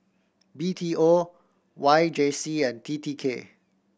B T O Y J C and T T K